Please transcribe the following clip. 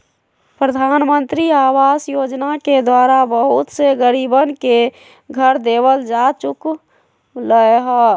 प्रधानमंत्री आवास योजना के द्वारा बहुत से गरीबन के घर देवल जा चुक लय है